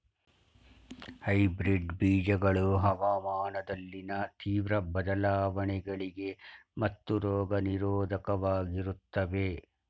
hybrid ಬೀಜಗಳು ಹವಾಮಾನದಲ್ಲಿನ ತೀವ್ರ ಬದಲಾವಣೆಗಳಿಗೆ ಮತ್ತು ರೋಗ ನಿರೋಧಕವಾಗಿರುತ್ತವೆ